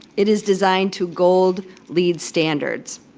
it is designed to gold leed standards.